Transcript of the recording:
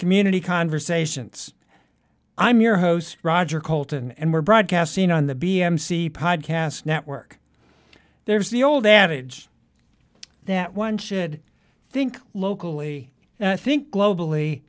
community conversations i'm your host roger colton and we're broadcasting on the b a m c podcast network there's the old adage that one should think locally i think globally